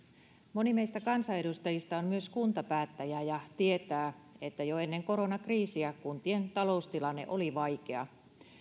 moni meistä kansanedustajista on myös kuntapäättäjä ja tietää että jo ennen koronakriisiä kuntien taloustilanne oli vaikea